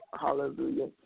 Hallelujah